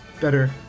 better